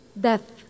death